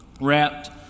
wrapped